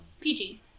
PG